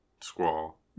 squall